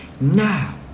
Now